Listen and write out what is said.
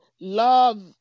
love